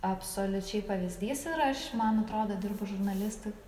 absoliučiai pavyzdys ir aš man atrodo dirbu žurnalisti